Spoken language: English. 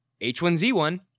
H1Z1